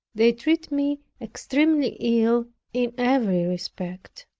they treated me extremely ill in every respect.